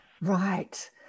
right